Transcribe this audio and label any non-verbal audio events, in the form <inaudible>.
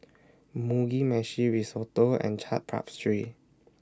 Mugi Meshi Risotto and Chaat <unintelligible>